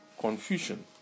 confusion